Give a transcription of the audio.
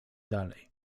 dalej